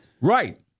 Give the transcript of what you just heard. right